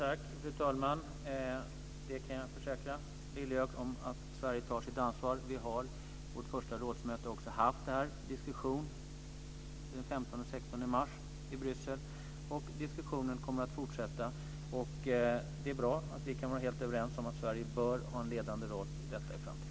Fru talman! Jag kan försäkra Lilliehöök om att Sverige tar sitt ansvar. Vi har på vårt första rådsmöte den 15-16 mars i Bryssel haft denna diskussion, och den kommer att fortsätta. Det är bra att vi kan vara helt överens om att Sverige bör ha en ledande roll i detta i framtiden.